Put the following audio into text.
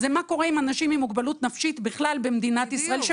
מה קורה עם אנשים עם מוגבלות נפשית בכלל במדינת ישראל,